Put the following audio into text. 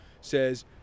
says